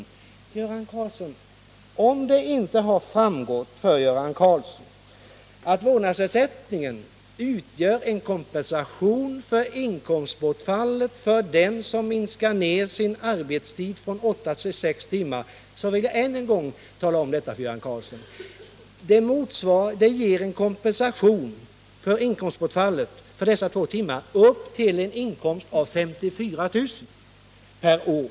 I anslutning till detta vill jag säga: Om det inte har klarlagts för Göran Karlsson att vårdnadsersättningen utgör en kompensation för inkomstbortfallet för den som minskar sin arbetstid från åtta till sex timmar, så vill jag än en gång tala om det för honom. Vårdnadsersättningen utgör en kompensation för inkomstbortfallet för dessa två tinimar upp till en inkomst av 54 000 kr. per år.